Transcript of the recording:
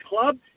club